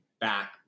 back